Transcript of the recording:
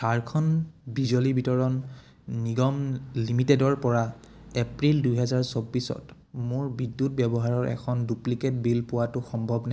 ঝাৰখণ্ড বিজলী বিতৰণ নিগম লিমিটেডৰপৰা এপ্ৰিল দুহেজাৰ চৌবিছত মোৰ বিদ্যুৎ ব্যৱহাৰৰ এখন ডুপ্লিকেট বিল পোৱাটো সম্ভৱনে